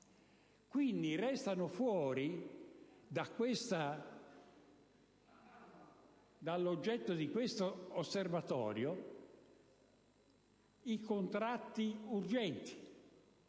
Quindi, restano fuori dall'oggetto di questo osservatorio i contratti urgenti,